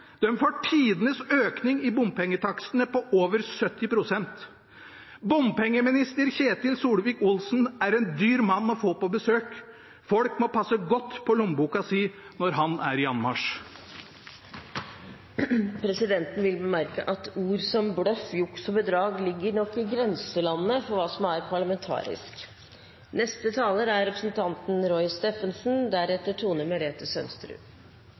de får ikke engang billigere veg, men de får tidenes økning i bompengetakstene – på over 70 pst. Bompengeminister Ketil Solvik-Olsen er en dyr mann å få på besøk. Folk må passe godt på lommeboka si når han er i anmarsj. Presidenten vil bemerke at ord som «bløff», «juks» og «bedrag» ligger nok i grenselandet for hva som er parlamentarisk.